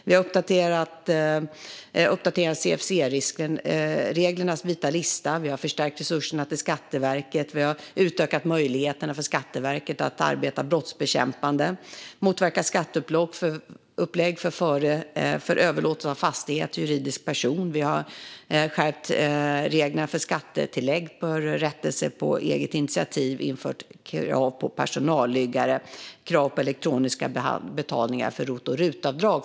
Vi har uppdaterat CFC-reglernas vita lista, och vi har förstärkt resurserna till Skatteverket. Vi har utökat möjligheterna för Skatteverket att arbeta brottsbekämpande och motverka skatteupplägg för överlåtelse av fastighet till juridisk person. Vi har skärpt reglerna för skattetillägg för rättelser på eget initiativ och infört krav på personalliggare samt krav på elektroniska betalningar för rot och rutavdrag.